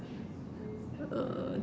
err